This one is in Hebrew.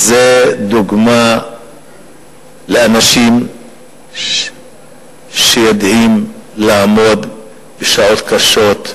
זו דוגמה לאנשים שיודעים לעמוד בשעות קשות.